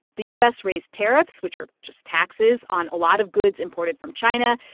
the u s. raised tariffs, which are just taxes, on a lot of goods imported from china,